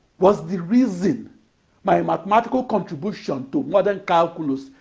was the reason my mathematical contribution to modern calculus,